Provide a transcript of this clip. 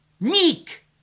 Meek